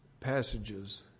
passages